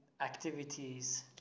activities